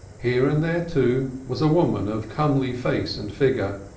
here and there, too, was a woman of comely face and figure,